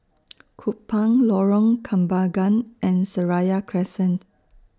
Kupang Lorong Kembagan and Seraya Crescent